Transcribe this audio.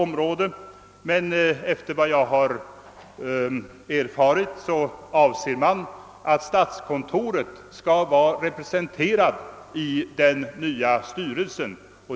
Men efter vad jag erfarit avser man att statskontoret skall vara representerat i den nya styrelsen.